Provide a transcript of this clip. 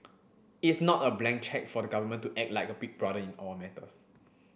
it's not a blank cheque for the government to act like a big brother in all matters